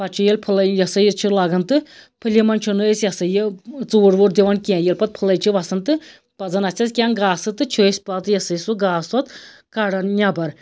پَتہٕ چھِ ییٚلہِ پھٕلَے یہِ ہَسا یہِ چھِ لَگان تہٕ پھٔلیہِ مَنٛز چھُنہٕ أسۍ یہِ ہَسا یہِ ژوٗر ووٗر دِوان کینٛہہ ییٚلہِ پَتہٕ پھٕلَے چھِ وَسان تہٕ پَتہٕ زَن آسٮ۪س کینٛہہ گاسہٕ تہٕ چھِ أسۍ پَتہٕ یہِ ہَسا یہِ سُہ گاسہٕ پَتہٕ کَڑان نیٚبَر